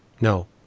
No